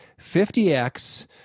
50X